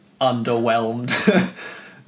underwhelmed